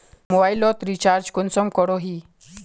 Mobile लोत recharge कुंसम करोही?